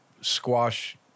squash